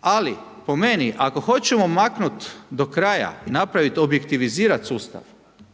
ali po meni ako hoćemo maknuti do kraja i napraviti, objektivizirati sustav